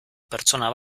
pertsona